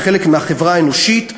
כחלק מהחברה האנושית,